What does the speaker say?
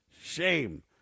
Shame